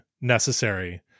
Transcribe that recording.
necessary